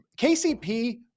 kcp